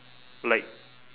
like